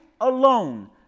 alone